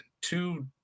two